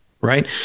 right